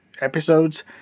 episodes